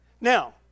Now